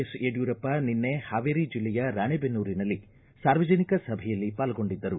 S Yediyurappa ನಿನ್ನೆ ಹಾವೇರಿ ಜಿಲ್ಲೆಯ ರಾಣೆಬೆನ್ನೂರಿನಲ್ಲಿ ಸಾರ್ವಜನಿಕ ಸಭೆಯಲ್ಲಿ ಪಾಲ್ಗೊಂಡಿದ್ದರು